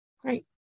great